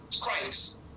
Christ